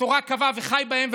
התורה קבעה: "וחי בהם",